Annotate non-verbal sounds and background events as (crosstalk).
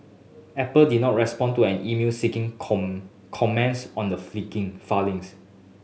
Apple did not respond to an email seeking (unintelligible) comments on the flinging filings